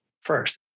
first